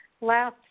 last